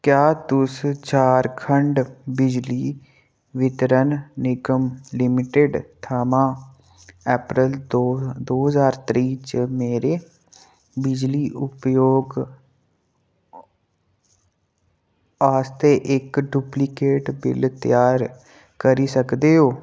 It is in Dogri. क्या तुस झारखंड बिजली वितरण निगम लिमिटेड थमां अप्रैल दो ज्हार त्रेई च मेरे बिजली उपयोग आस्तै इक डुप्लिकेट बिल त्यार करी सकदे ओ